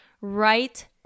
right